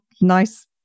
nice